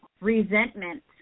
resentment